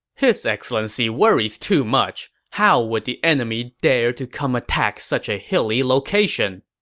his excellency worries too much. how would the enemy dare to come attack such a hilly location?